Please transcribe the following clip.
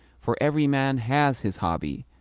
for every man has his hobby.